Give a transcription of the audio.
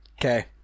Okay